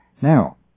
Now